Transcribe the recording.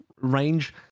range